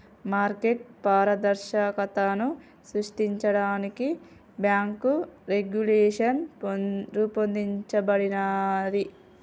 market పారదర్శకతను సృష్టించడానికి bank regulation రూపొందించబడినాది